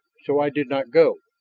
so i did not go.